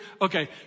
okay